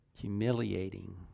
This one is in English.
humiliating